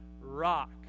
rock